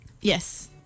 Yes